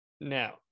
now